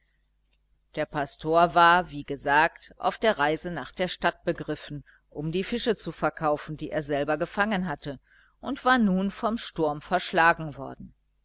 der pastor war wie gesagt auf der reise nach der stadt begriffen um die fische zu verkaufen die er selber gefangen hatte und war nun vom sturm verschlagen worden